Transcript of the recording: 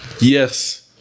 Yes